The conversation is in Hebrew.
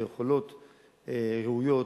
ליכולות ראויות,